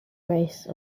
race